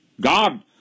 God